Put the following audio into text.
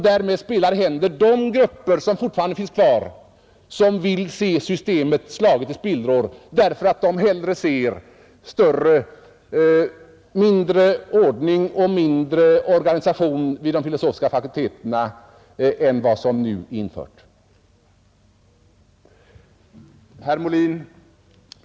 Därmed spelar ju herr Molin de grupper i händerna som fortfarande finns kvar och som vill se systemet slaget i spillror, därför att de hellre önskar mindre ordning och mindre organisation vid de filosofiska fakulteterna än vad som nu införts. Herr Molin!